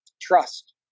trust